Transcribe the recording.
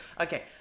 Okay